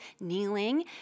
kneeling